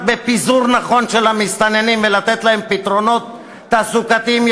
בפיזור נכון של המסתננים ונתינת פתרונות תעסוקתיים,